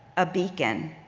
a beacon,